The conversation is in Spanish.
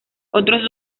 otros